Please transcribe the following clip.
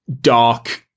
dark